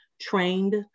trained